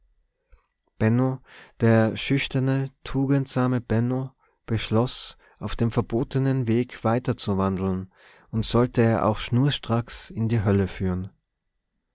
der schüchterne tugendsame benno beschloß auf dem verbotenen weg weiter zu wandeln und sollte er auch schnurstracks in die hölle führen